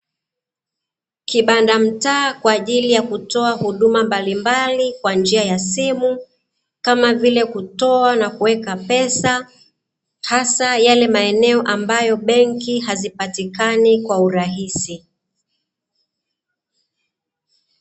Kibanda mtaa kwa ajili ya kutoa huduma mbalimbali kwa njia ya simu kama vile kutoa na kuweka fedha, hasa yale maeneo ambayo benki hazipatikani kwa urahisi.